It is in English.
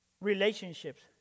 Relationships